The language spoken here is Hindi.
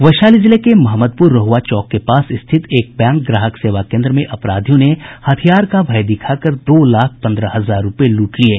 वैशाली जिले के महमदपुर रोहुआ चौक के पास स्थित एक बैंक ग्राहक सेवा केन्द्र में अपराधियों ने हथियार का भय दिखाकर दो लाख पन्द्रह हजार रूपये लूट लिये